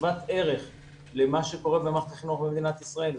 --- שוות ערך למה שקורה במערכת החינוך במדינת ישראל,